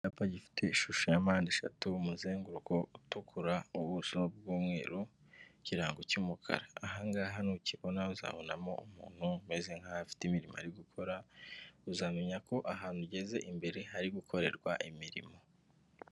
Icyapa gifite ishusho ya mpande eshatu, umuzenguruko utukura, ubuso bw'umweru, ikirango cy'umukara. Aha ngaha nukibona uzabonamo umuntu umeze nkaho afite imirimo ari gukora, uzamenya ko ahantu ugeze imbere hari gukorerwa imirimo.